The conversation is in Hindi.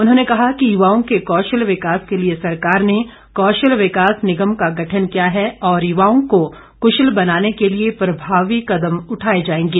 उन्होंने कहा कि युवाओं के कौशल विकास के लिए सरकार ने कौशल विकास निगम का गठन किया है और युवाओं को कुशल बनाने के लिए प्रभावी कदम उठाए जाएंगे